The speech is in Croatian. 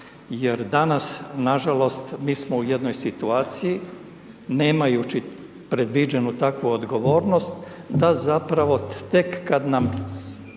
jer danas nažalost mi smo u jednoj situaciji, nemajući predviđenu takvu odgovornost da zapravo tek kad nam